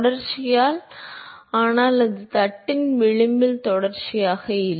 தொடர்ச்சியால் ஆனால் அது தட்டின் விளிம்பில் தொடர்ச்சியாக இல்லை